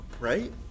right